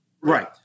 Right